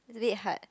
it's a bit hard